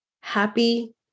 happy